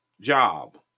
job